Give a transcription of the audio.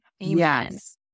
Yes